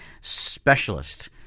specialist